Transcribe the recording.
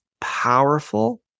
powerful